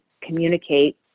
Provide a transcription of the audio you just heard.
communicate